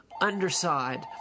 underside